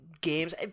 games